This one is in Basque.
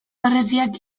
harresiak